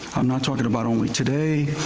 i'm not talking about only today,